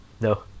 No